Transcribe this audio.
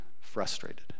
frustrated